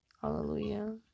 Hallelujah